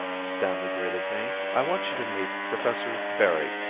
stanley greeted me. i want you to meet professor berry,